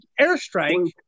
Airstrike